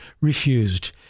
refused